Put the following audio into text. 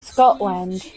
scotland